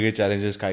challenges